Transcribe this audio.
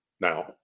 Now